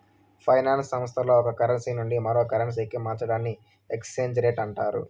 finance సంస్థల్లో ఒక currency నుండి మరో కరెన్సీకి మార్చడాన్ని ఎక్స్చేంజ్ రేట్ అంటారు